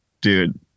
Dude